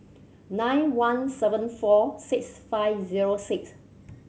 nine one seven four six five zero six